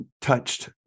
touched